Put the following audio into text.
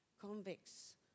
convicts